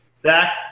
Zach